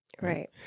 right